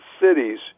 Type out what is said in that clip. cities